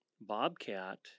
Bobcat